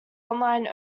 online